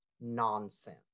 nonsense